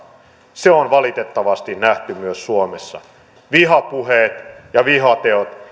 se on valitettavasti nähty myös suomessa vihapuheet ja vihateot